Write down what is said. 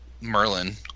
Merlin